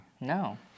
No